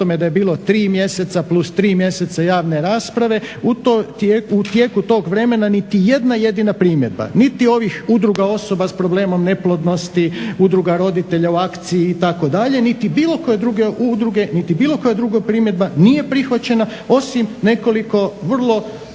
da je bilo 3 mjeseca plus 3 mjeseca javne rasprave u tijeku tog vremena niti jedna jedina primjedba niti ovih Udruga osoba s problemom neplodnosti, Udruga roditelja u akciji, niti bilo koje druge udruge, niti bilo koja druga primjedba nije prihvaćena osim nekoliko vrlo